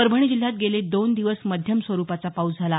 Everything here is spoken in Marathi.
परभणी जिल्ह्यात गेले दोन दिवस मध्यम स्वरूपाचा पाऊस झाला